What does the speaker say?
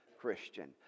Christian